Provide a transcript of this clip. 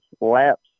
laps